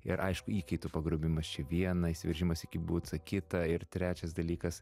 ir aišku įkaitų pagrobimas čia viena įsiveržimas į kibucą kita ir trečias dalykas